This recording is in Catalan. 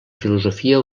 filosofia